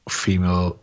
female